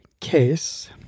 case